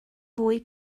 fwy